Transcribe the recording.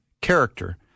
character